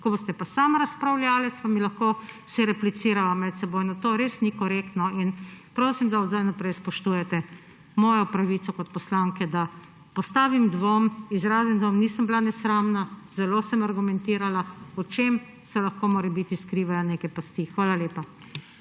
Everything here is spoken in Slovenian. Ko boste pa sami razpravljavec, pa si lahko replicirava medsebojno. To res ni korektno in prosim, da od sedaj naprej spoštujete mojo pravico kot poslanke, da postavim dvom, izrazim dvom. Nisem bila nesramna, zelo sem argumentirala, v čem se lahko morebiti skrivajo neke pasti. Hvala lepa.